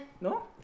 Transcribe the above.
No